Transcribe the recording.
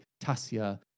Tasia